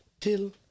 till